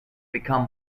become